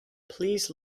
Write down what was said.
please